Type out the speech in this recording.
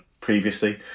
previously